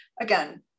again